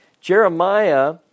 Jeremiah